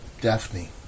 Daphne